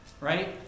right